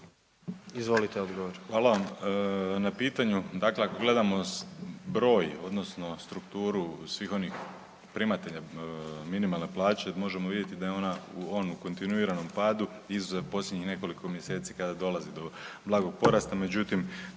Josip (HDZ)** Hvala vam na pitanju. Dakle, ako gledamo broj, odnosno strukturu svih onih primatelja minimalne plaće, možemo vidjeti da je ona u onom kontinuiranom padu, izuzet posljednjih nekoliko mjeseci kada dolazi do blagog porasta, međutim,